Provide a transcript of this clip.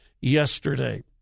yesterday